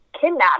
kidnapped